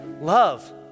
Love